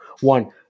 One